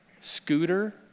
Scooter